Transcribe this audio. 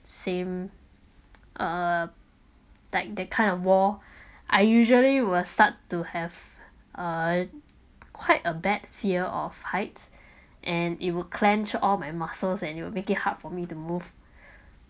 same uh like that kind of wall I usually will start to have a quite a bad fear of heights and it will clench all my muscles and it will make it hard for me to move